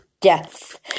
death